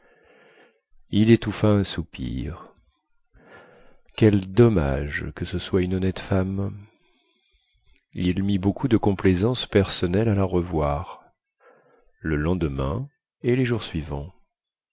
il étouffa un soupir quel dommage que ce soit une honnête femme il mit beaucoup de complaisance personnelle à la revoir le lendemain et les jours suivants